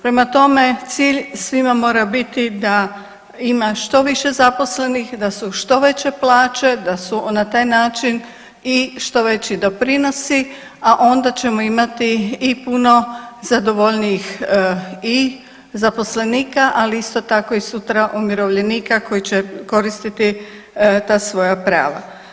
Prema tome, cilj svima mora biti da ima što više zaposlenih, da su što veće plaće, da su na taj način i što veći doprinosi, a onda ćemo imati i puno zadovoljnijih i zaposlenika ali isto tako i sutra umirovljenika koji će koristiti ta svoja prava.